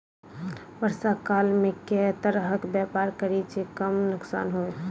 वर्षा काल मे केँ तरहक व्यापार करि जे कम नुकसान होइ?